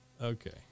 Okay